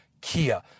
kia